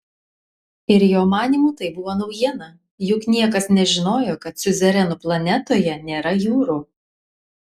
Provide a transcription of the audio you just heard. ir jo manymu tai buvo naujiena juk niekas nežinojo kad siuzerenų planetoje nėra jūrų